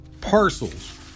parcels